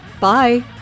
bye